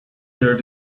there